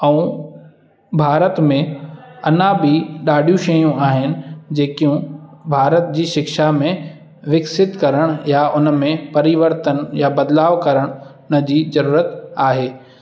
ऐं भारत में अञा बि ॾाढियूं शयूं आहिनि जेकियूं भारत जी शिक्षा में विकसित करण या उन में परिवर्तन या बदलाव करण हुन जी ज़रूरत आहे